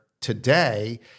today